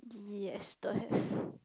yes don't have